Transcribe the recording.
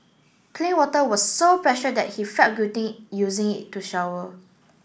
clean water was so precious that he felt guilty using it to shower